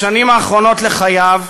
בשנים האחרונות לחייו,